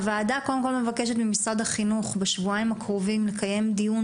הוועדה מבקשת ממשרד החינוך בשבועיים הקרובים לקיים דיון